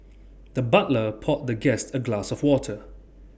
the butler poured the guest A glass of water